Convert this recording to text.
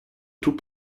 tout